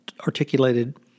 articulated